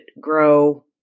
grow